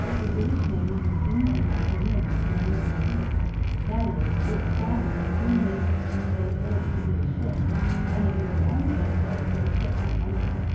the british navy was soon able to win the command of the sea that is, its squadrons soon made the sea a safe road for british ships and a very unsafe road for the ships of an enemy.